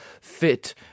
fit